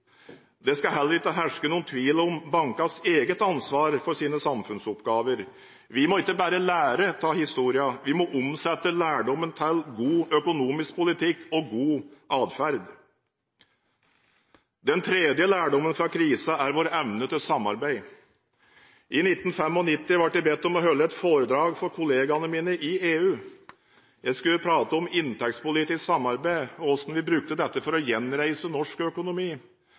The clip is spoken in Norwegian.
Det skal heller ikke herske noen tvil om bankenes eget ansvar for sine samfunnsoppgaver. Vi må ikke bare lære av historien, vi må omsette lærdommen til god økonomisk politikk og god atferd. Den tredje lærdommen fra krisen er vår evne til samarbeid. I 1995 ble jeg bedt om å holde et foredrag for kollegene mine i EU. Jeg skulle snakke om inntektspolitisk samarbeid og hvordan vi brukte dette for å gjenreise norsk økonomi.